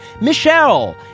Michelle